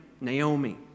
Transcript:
Naomi